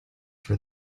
for